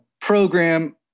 program